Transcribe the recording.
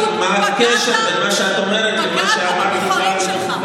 אתה פשוט פגעת בבוחרים שלך.